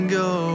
go